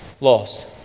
Lost